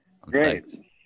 great